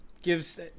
gives